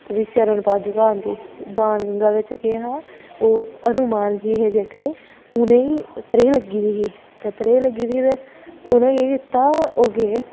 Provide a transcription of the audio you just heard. ते फ्ही चरण पादुका आंदी बाण गंगा बिच्च केह् हा ओह् हनुमान जी हे जेह्कड़े उ'नेंगी त्रेह् लग्गी दी ही ते त्रेह् लग्गी दी ही ते उ'नें केह् कीता ओह् गे